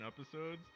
episodes